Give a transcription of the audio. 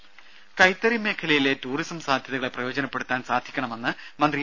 ദേദ കൈത്തറി മേഖലയിലെ ടൂറിസം സാധ്യതകളെ പ്രയോജനപ്പെടുത്താൻ സാധിക്കണമെന്ന് മന്ത്രി ഇ